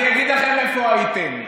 אני אגיד לכם איפה הייתם.